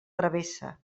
travessa